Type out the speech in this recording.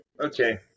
Okay